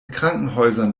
krankenhäusern